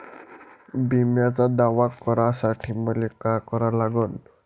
बिम्याचा दावा करा साठी मले का करा लागन?